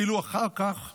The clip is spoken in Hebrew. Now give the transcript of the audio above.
כאילו אחר כך